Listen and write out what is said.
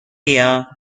بیا